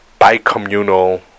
bicommunal